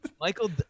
Michael